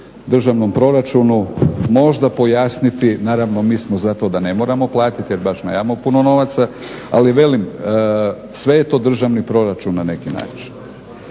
državnom proračunu, možda pojasniti, naravno mi smo za to da ne moramo platiti jer baš nemamo puno novaca, ali velim, sve je to državni proračun na neki način.